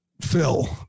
Phil